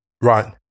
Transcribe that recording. Right